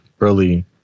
early